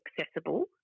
accessible